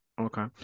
Okay